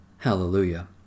Hallelujah